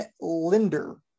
Linder